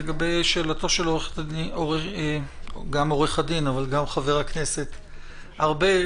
לגבי שאלתו של עו"ד וחבר הכנסת ארבל,